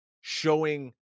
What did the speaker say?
showing